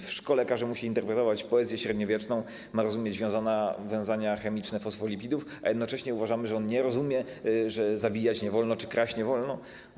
W szkole każe mu się interpretować poezję średniowieczną, ma rozumieć wiązania chemiczne fosfolipidów, a jednocześnie uważamy, że on nie rozumie, że zabijać nie wolno czy kraść nie wolno?